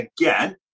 again